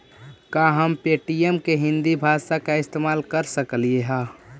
का हम पे.टी.एम के हिन्दी भाषा में इस्तेमाल कर सकलियई हे?